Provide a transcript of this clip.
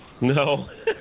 No